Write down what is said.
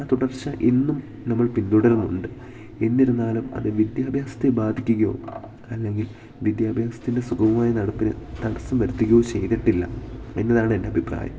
ആ തുടർച്ച ഇന്നും നമ്മൾ പിന്തുടരുന്നുണ്ട് എന്നിരുന്നാലും അത് വിദ്യാഭ്യാസത്തെ ബാധിക്കുകയോ അല്ലെങ്കിൽ വിദ്യാഭ്യാസത്തിൻ്റെ സുഖമമായ നടപ്പിന് തടസ്സം വരുത്തുകയോ ചെയ്തിട്ടില്ല എന്നതാണ് എൻ്റെ അഭിപ്രായം